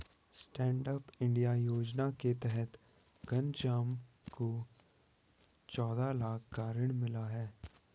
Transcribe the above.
stand up India योजना के तहत घनश्याम को चौदह लाख का ऋण मिला है